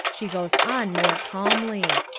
she goes on more calmly.